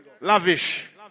lavish